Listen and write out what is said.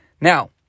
Now